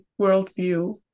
worldview